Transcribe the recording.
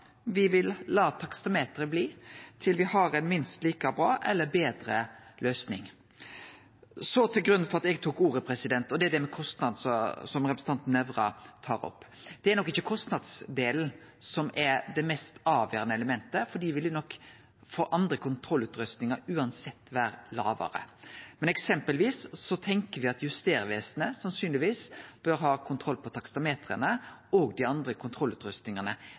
vil la taksameteret bli til me har ei minst like bra løysing. Så til grunnen til at eg tok ordet, og det er det med kostnad, som representanten Nævra tok opp. Det er nok ikkje kostnadsdelen som er det mest avgjerande elementet, for der vil nok andre kontrollutrustingar uansett vere lågare. Men eksempelvis tenkjer me at Justervesenet, sannsynlegvis, bør ha kontroll på taksametera og dei andre kontrollutrustingane.